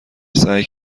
سعی